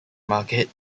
market